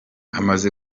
amaze